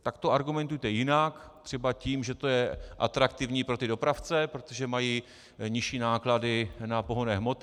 Tak to argumentujte jinak, třeba tím, že to je atraktivní pro dopravce, protože mají nižší náklady na pohonné hmoty.